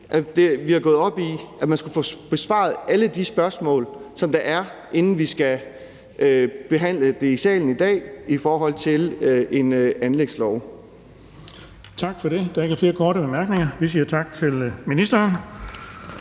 at vi er gået op i, at man skulle få besvaret alle de spørgsmål, der er, inden vi skal behandle det i salen i dag i forhold til en anlægslov. Kl. 14:33 Den fg. formand (Erling Bonnesen): Tak for det. Der er ikke flere korte bemærkninger. Vi siger tak til ministeren.